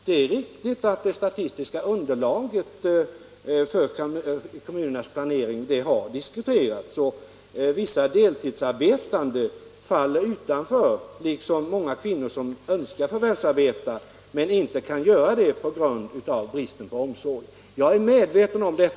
Det är riktigt att det statistiska underlaget för kommunernas planering har diskuterats. Vissa deltidsarbetande liksom många kvinnor som önskar förvärvsarbeta men inte kan göra det på grund av bristen på barnomsorg faller utanför statistiken. Jag är medveten om det.